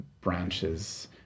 branches